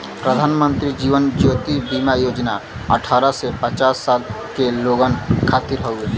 प्रधानमंत्री जीवन ज्योति बीमा योजना अठ्ठारह से पचास साल के लोगन खातिर हौ